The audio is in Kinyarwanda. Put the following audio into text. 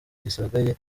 gisigaye